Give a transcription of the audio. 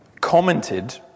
commented